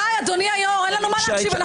די, אדוני היו"ר, אין לנו מה להקשיב.